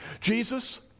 Jesus